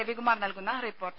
രവികുമാർ നൽകുന്ന റിപ്പോർട്ട്